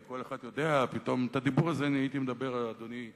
את הדיבור הזה אני הייתי מדבר, אדוני היושב-ראש,